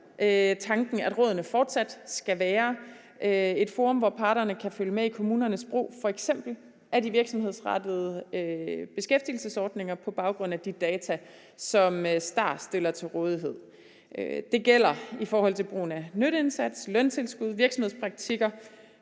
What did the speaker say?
tanken, at rådene fortsat skal være et forum, hvor parterne kan følge med i kommunernes brug af f.eks. de virksomhedsrettede beskæftigelsesordninger på baggrund af de data, som STAR stiller til rådighed. Det gælder i forhold til brugen af nytteindsats, løntilskud og virksomhedspraktikker,